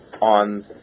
on